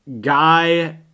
Guy